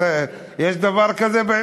יש דבר כזה?